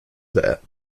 that